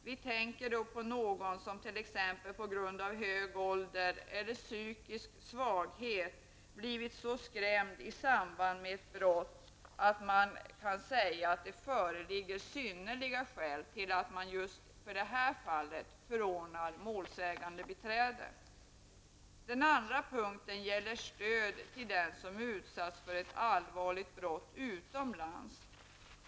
Det kan vara fråga om någon som på grund av hög ålder eller psykisk svaghet har blivit så skrämd i samband med ett brott att man kan säga att det föreligger synnerliga skäl till att just i det föreliggande fallet förordna om målsägandebiträde. Den andra punkten gäller stöd till dem som har utsatts för ett allvarligt brott utomlands.